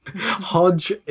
Hodge